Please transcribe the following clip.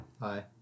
Hi